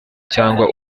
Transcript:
cyangwa